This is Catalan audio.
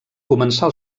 començar